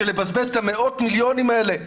של לבזבז את מאות המיליונים האלה סתם?